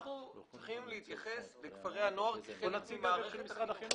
אנחנו צריכים להתייחס לכפרי הנוער כחלק ממערכת החינוך.